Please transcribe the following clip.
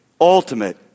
ultimate